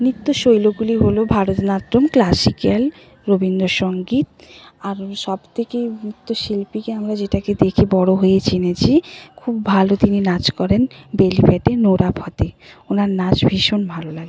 নৃত্যশৈলীগুলি হলো ভারতনাট্যম ক্লাসিক্যাল রবীন্দ্রসঙ্গীত আর সবথেকে নৃত্যশিল্পীকে আমরা যেটাকে দেখে বড় হয়ে চিনেছি খুব ভালো তিনি নাচ করেন বেল ফতাহ্ নোরা ফতেহি ওনার নাচ ভীষণ ভালো লাগে